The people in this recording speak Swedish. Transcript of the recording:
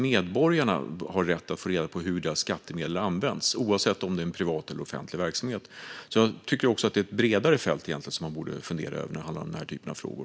Medborgarna har också rätt att få reda på hur deras skattemedel används, oavsett om det handlar om privat eller offentligt driven verksamhet. Jag tycker alltså att det är ett bredare fält som man borde fundera över när det handlar om den här typen av frågor.